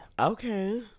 okay